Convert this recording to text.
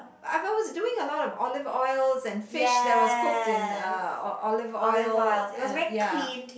but I was doing a lot of olive oils and fish that was cooked in uh olive oil uh ya